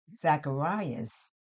Zacharias